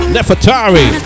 Nefertari